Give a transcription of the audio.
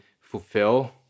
fulfill